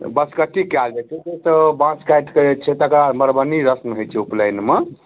तऽ बसकट्टी कयल जाइ छै से तऽ बाँस काटि कऽ जे छै तकरा मड़बन्हि रस्म होइ छै उपनयन मे